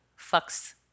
fucks